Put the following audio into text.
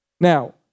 Now